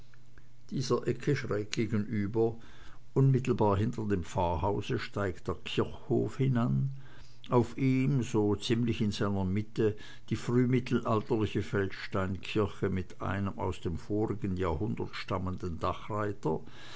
dieser ecke schräg gegenüber unmittelbar hinter dem pfarrhause steigt der kirchhof lehnan auf ihm so ziemlich in seiner mitte die frühmittelalterliche feldsteinkirche mit einem aus dem vorigen jahrhundert stammenden